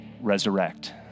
resurrect